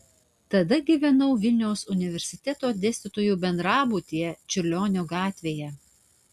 tada gyvenau vu dėstytojų bendrabutyje čiurlionio gatvėje